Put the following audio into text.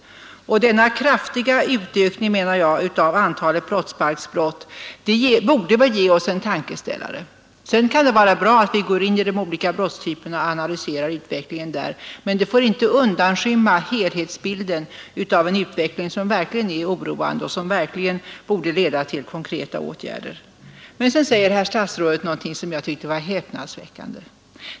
Denna kraftiga utökning av antalet brottsbalksbrott borde, menar jag, ge oss en tankeställare. Det kan visserligen vara bra att analysera utvecklingen beträffande de olika brottstyperna, men detta får inte undanskymma helhetsbilden av en utveckling som verkligen är oroande och som borde leda till konkreta åtgärder. Sedan sade herr statsrådet någonting som jag tyckte var häpnadsväckande.